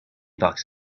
bucks